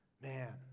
Man